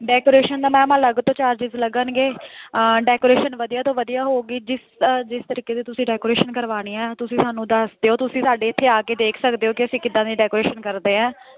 decoration ਦਾ ma'am ਅਲੱਗ ਤੋਂ ਚਾਰਜਿਜ਼ ਲੱਗਣਗੇ ਡੈਕੋਰੇਸ਼ਨ ਵਧੀਆ ਤੋਂ ਵਧੀਆ ਹੋਵੇਗੀ ਜਿਸ ਜਿਸ ਤਰੀਕੇ ਦੀ ਤੁਸੀਂ ਡੈਕੋਰੇਸ਼ਨ ਕਰਵਾਉਣੀ ਆ ਤੁਸੀਂ ਸਾਨੂੰ ਦੱਸ ਦਿਓ ਤੁਸੀਂ ਸਾਡੇ ਇੱਥੇ ਆ ਕੇ ਦੇਖ ਸਕਦੇ ਹੋ ਕਿ ਅਸੀਂ ਕਿੱਦਾਂ ਦੀ ਡੈਕੋਰੇਸ਼ਨ ਕਰਦੇ ਹਾਂ